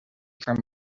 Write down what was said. from